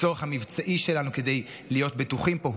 הצורך המבצעי שלנו כדי להיות בטוחים פה,